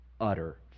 utter